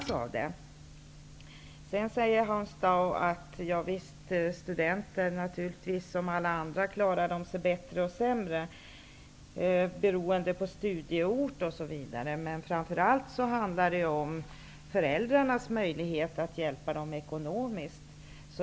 Sedan säger Hans Dau att studenter naturligtvis, som alla andra, klarar sig bättre och sämre, beroende på studieort osv. Framför allt handlar det om föräldrarnas möjlighet att hjälpa dem ekonomiskt.